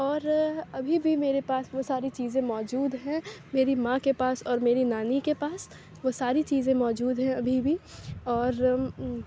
اور ابھی بھی میرے پاس وہ ساری چیزیں موجود ہیں میری ماں کے پاس اور میری نانی کے پاس وہ ساری چیزیں موجود ہیں ابھی بھی اور